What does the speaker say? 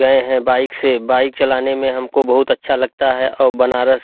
गए हैं बाइक से बाइक चलाने में हमको बहुत अच्छा लगता है और बनारस